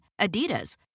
Adidas